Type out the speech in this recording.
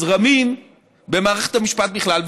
הזרמים במערכת המשפט בכלל,